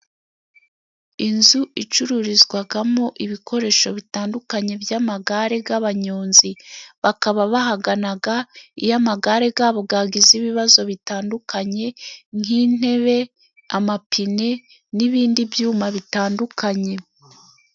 Inzu icururizwamo ibikoresho bitandukanye by'amagare y'abanyonzi bakaba bahagana iyo amagare yabo yagize ibibazo bitandukanye nk'intebe, amapine n'ibindi byuma bitandukanye.